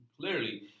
clearly